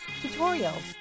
tutorials